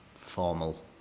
formal